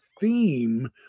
theme